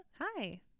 Hi